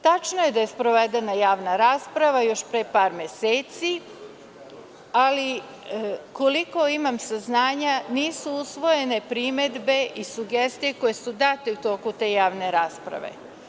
Tačno je da je sprovedena javna rasprava još pre par meseci, ali, koliko imam saznanja, nisu usvojene primedbe i sugestije koje su date u toku te javne rasprave.